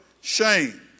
Shame